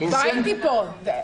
כבר הייתי בישיבת וועדה.